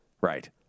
Right